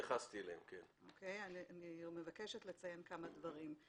אני מבקשת לציין כמה דברים.